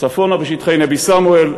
צפונה בשטחי נבי-סמואל,